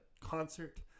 concert